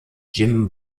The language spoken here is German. jim